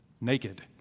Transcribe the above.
Naked